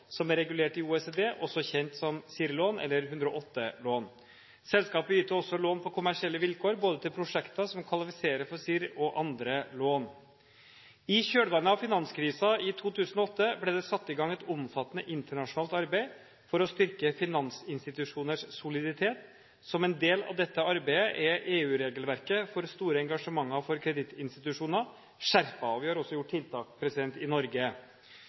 som er regulert i OECD, også kjent som CIRR-lån eller 108-lån. Selskapet yter også lån på kommersielle vilkår både til prosjekter som kvalifiserer for CIRR og andre lån. I kjølvannet av finanskrisen i 2008 ble det satt i gang et omfattende internasjonalt arbeid for å styrke finansinstitusjoners soliditet. Som en del av dette arbeidet er EU-regelverket for store engasjementer for kredittinstitusjoner skjerpet, og vi har også satt inn tiltak i Norge.